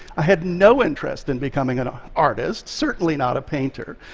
i had no interest in becoming an artist, certainly not a painter.